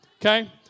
Okay